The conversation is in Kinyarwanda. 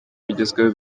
bigezweho